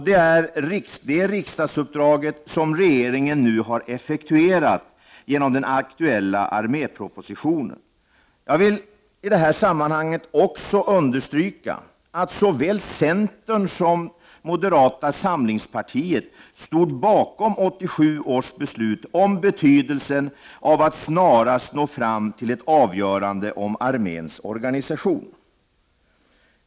Det är det riksdagsuppdraget som regeringen nu har effektuerat genom den aktuella armépropositionen. Jag vill i detta sammanhang också understryka att såväl centern som moderata samlingspartiet stod bakom 1987 års beslut om betydelsen av att snarast nå fram till ett avgörande om arméns organisation.